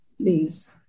please